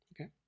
Okay